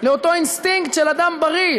לאותו אינסטינקט של אדם בריא,